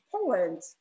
Poland